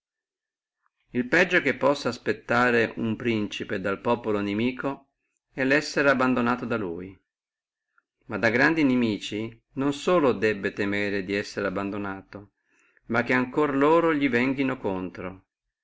el peggio che possa aspettare uno principe dal populo inimico è lo essere abbandonato da lui ma da grandi inimici non solo debbe temere di essere abbandonato ma etiam che loro li venghino contro